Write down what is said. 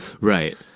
Right